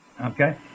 Okay